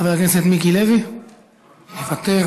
חבר הכנסת מיקי לוי, מוותר,